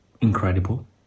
incredible